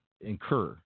incur